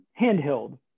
handheld